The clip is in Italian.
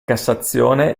cassazione